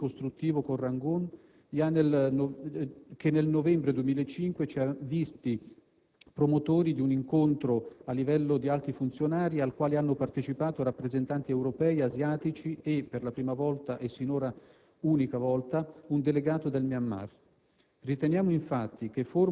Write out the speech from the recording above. improntata al dialogo critico e costruttivo con Rangoon, che nel novembre del 2005 ci ha visti promotori di un incontro a livello di alti funzionari al quale hanno partecipato rappresentanti europei, asiatici e - per la prima e sinora unica volta - un delegato del Myanmar.